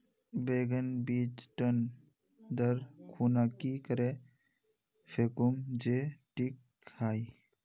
बैगन बीज टन दर खुना की करे फेकुम जे टिक हाई?